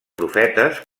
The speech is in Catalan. profetes